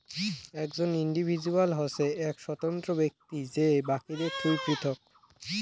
একজন ইন্ডিভিজুয়াল হসে এক স্বতন্ত্র ব্যক্তি যে বাকিদের থুই পৃথক